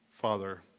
Father